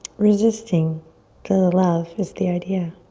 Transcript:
resisting to the love is the idea.